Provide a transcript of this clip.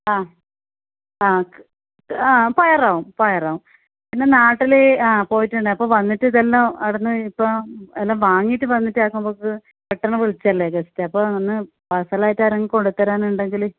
ആ ആ ആ പയറോ പയറാം പിന്നെ നാട്ടിൽ പോയിട്ടുണ്ട് അപ്പോൾ വന്നിട്ട് ഇതെല്ലാം അവിടെ നിന്ന് ഇപ്പ്ം എല്ലാം വാങ്ങിയിട്ട് വന്നിട്ട് ആക്കുമ്പഴേക്ക് പെട്ടെന്ന് വിളിച്ചതല്ലെ ഗസ്റ്റ് അപ്പോൾ ഒന്ന് പാഴ്സൽ ആയിട്ട് ആരെങ്കിലും കൊണ്ടുത്തരാൻ ഉണ്ടെങ്കിൽ